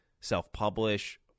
self-publish